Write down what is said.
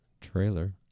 trailer